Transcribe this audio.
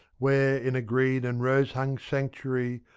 where, in a green and rose-hung sanctuary,